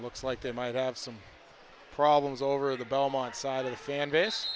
looks like they might have some problems over the belmont side a fan base